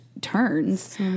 turns